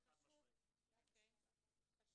יש